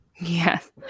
yes